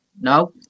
No